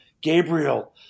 Gabriel